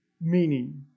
meaning